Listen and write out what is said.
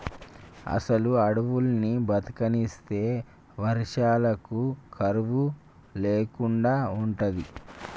అసలు అడువుల్ని బతకనిస్తే వర్షాలకు కరువు లేకుండా ఉంటది